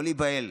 לא להיבהל,